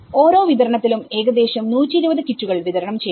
ഓരോ വിതരണത്തിലും ഏകദേശം 120 കിറ്റുകൾ വിതരണം ചെയ്തു